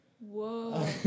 Whoa